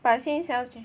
but 先想要